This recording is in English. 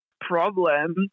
problem